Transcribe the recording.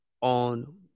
on